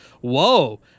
whoa